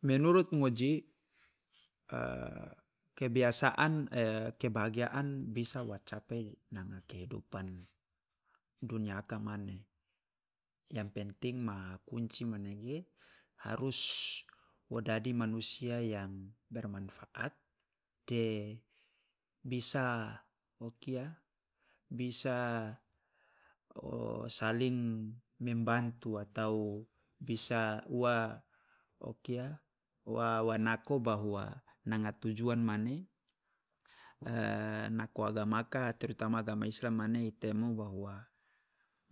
Menurut ngoji, kebiasaan e kebahagiaan bisa wo capai nanga kehidupan dunia aka mane yang penting ma kunci manege harus wo dadi manusia yang bermanfaat de bisa o kia bisa o saling membantu atau o bisa ua o kia wa nako bahwa nanga tujuan mane e nako agamaka terutama agama islam mane i temo bahwa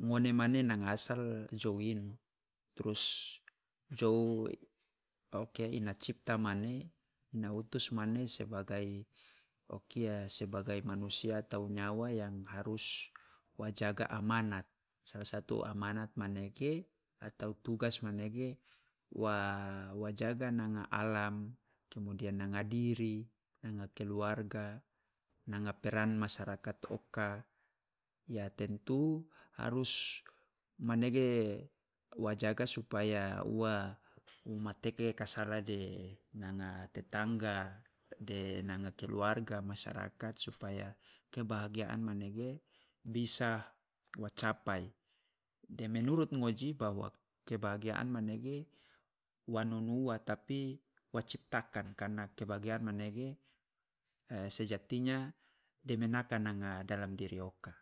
ngone mane nanga asal jou ino, trus jou o kia ina cipta mane na utus mane sebagai o kia sebagai manusia atau nyawa yang harus wa jaga amanah, salah satu amanah manege atau tugas manege wa wa jaga nanga alam, kemudian nanga diri, keluarga, nanga peran masyarakat oka, ya tentu harus manege wa jaga supaya ua mateke kasara de nanga tetangga, de nanga keluarga, masyarakat, supaya kebahagian manege bisa wo capai. De menurut ngoji bahwa kebahagian manege wa nonu ua tapi wa ciptakan. Karena kebahagian manege e sejatinya demenaka nanga dalam diri oka.